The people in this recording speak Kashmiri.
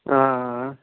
آ آ